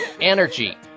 Energy